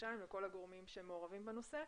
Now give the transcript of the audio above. כחודשיים לכל הגורמים שמעורבים בנושא.